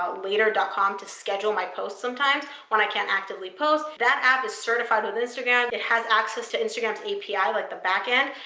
ah later and com, to schedule my posts sometimes when i can't actively post. that app is certified with instagram. it has access to instagram's api, like the back end,